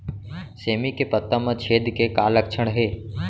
सेमी के पत्ता म छेद के का लक्षण हे?